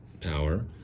power